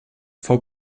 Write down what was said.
fou